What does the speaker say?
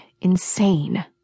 Insane